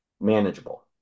manageable